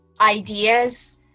ideas